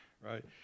right